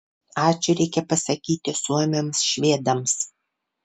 ačiū reikia pasakyti suomiams švedams